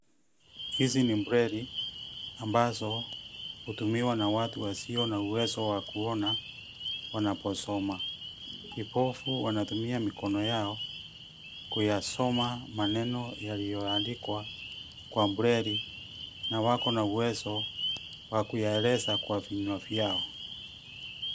Hizi ni breli ambazo hutumiwa na watu wasio na uwezo wa kuona wanaposoma. Vipofu wanatumia mikono yao kuyasoma maneno yaliyo andikwa kwa breli na wako na uwezo wa kuyaeleza kwa vinyua vyao.